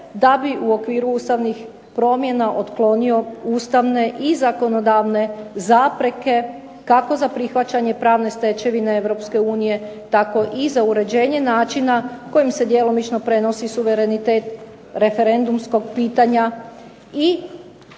da bi u okviru ustavnih promjena otklonio ustavne i zakonodavne zapreke kako za prihvaćanje pravne stečevine Europske unije tako i za uređenje načina kojim se djelomično prenosi suverenitet referendumskog pitanja i